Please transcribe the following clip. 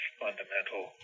fundamental